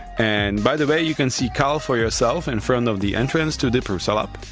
and by the way, you can see kyle for yourself in front of the entrance to the prusalab,